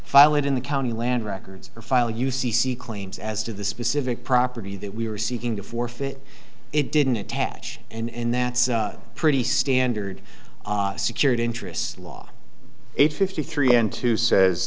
file it in the county land records or file u c c claims as to the specific property that we were seeking to forfeit it didn't attach and that's pretty standard secured interest law eight fifty three n two says